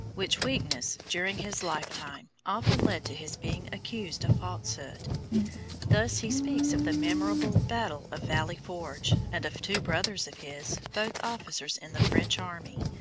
which weakness during his lifetime often led to his being accused of falsehood. thus he speaks of the memorable battle of valley forge and of two brothers of his, both officers in the french army,